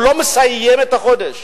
הוא לא מסיים את החודש.